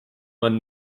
man